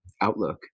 outlook